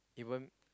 you won't